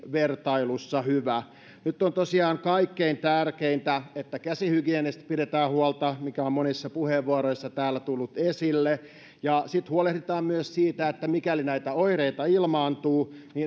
vertailussa hyvä nyt on kaikkein tärkeintä että käsihygieniasta pidetään huolta mikä on monissa puheenvuoroissa täällä tullut esille ja huolehditaan myös siitä että mikäli näitä oireita ilmaantuu